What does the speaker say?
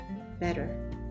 better